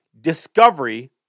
discovery